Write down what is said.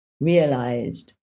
realized